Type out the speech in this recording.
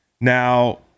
Now